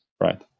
right